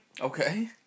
Okay